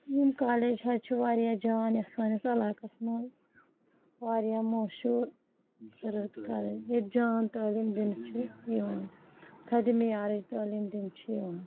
یِم کالج حظ چھِ واریاہ جان یَتھ سٲنِس علاقَس منٛز واریاہ مشہوٗر کالج ییٚتہِ جان تعلیٖم دِنہٕ چھِ یِوان تھَدِ معیارٕچ تعلیٖم دِنہِ چھِ یِوان